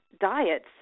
diets